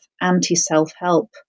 anti-self-help